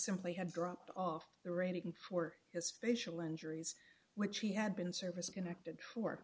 simply had dropped off the rating for his facial injuries which he had been service connected for